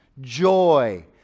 Joy